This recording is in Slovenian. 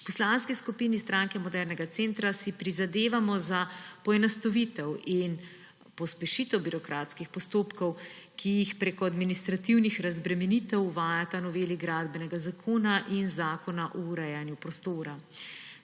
Poslanski skupini Stranke modernega centra si prizadevamo za poenostavitev in pospešitev birokratskih postopkov, ki jih prek administrativnih razbremenitev uvajata noveli Gradbenega zakona in Zakona o urejanju prostora.